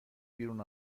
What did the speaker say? بیرون